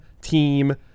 team